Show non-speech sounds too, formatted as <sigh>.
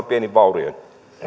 <unintelligible> pienin vaurioin